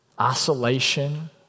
isolation